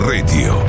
Radio